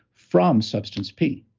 from substance p